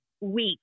week